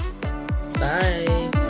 bye